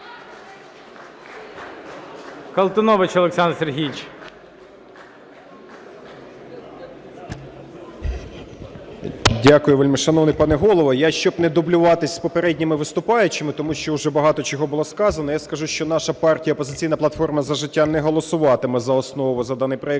Дякую, вельмишановний пане Голово. Я, щоб не дублюватись з попередніми виступаючими, тому що вже багато чого було сказано, я скажу, що наша партія "Опозиційна платформа – За життя" не голосуватиме за основу за даний проект